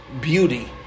beauty